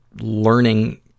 learning